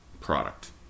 product